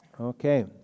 Okay